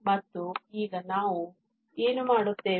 ಮತ್ತು ಈಗ ನಾವು ಏನು ಮಾಡುತ್ತೇವೆ